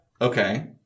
Okay